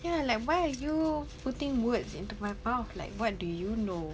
ya like why are you putting words into my mouth like what do you know